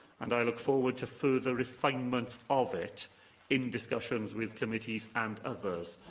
and i look forward to further refinements of it in discussions with committees and others.